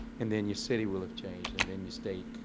and then your city will have changed, and then your state,